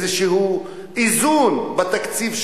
לאיזשהו איזון בתקציב שלהם,